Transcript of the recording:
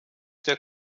der